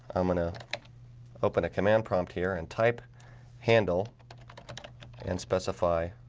i'm going to open a command prompt here and type handle and specify